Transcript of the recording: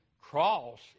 cross